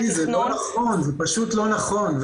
זה לא נכון, זה פשוט לא נכון.